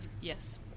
Yes